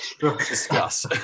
discuss